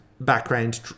background